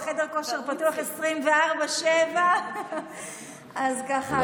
חדר הכושר פתוח 24/7. אז ככה,